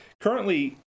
Currently